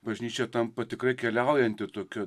bažnyčia tampa tikra keliaujanti tokiu